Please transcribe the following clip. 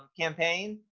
campaign